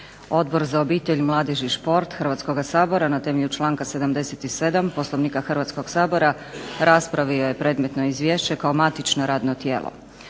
Odbor za obitelj, mladež i šport Hrvatskoga sabora na temelju članka 77. Poslovnika Hrvatskog sabora raspravio je predmetno izvješće kao matično radno tijelo.